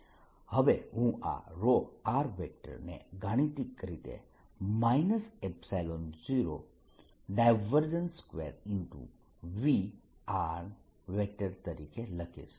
હવે હું આ r ને ગાણિતિક રીતે 02Vr તરીકે લખીશ